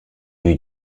eût